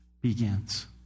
Begins